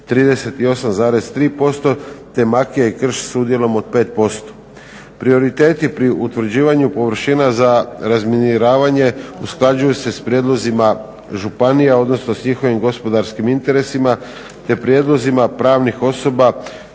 38,3%, te makija i krš s udjelom od 5%. Prioriteti pri utvrđivanju površina za razminiravanje usklađuju se s prijedlozima županija, odnosno s njihovim gospodarskim interesima, te prijedlozima pravnih osoba